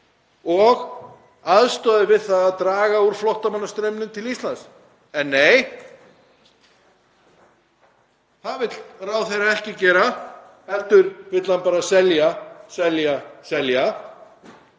og aðstoðaði við að draga úr flóttamannastraumnum til Íslands. En nei, það vill ráðherra ekki gera heldur vill hann bara selja, selja, selja;